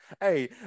hey